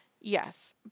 Yes